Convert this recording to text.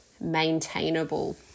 maintainable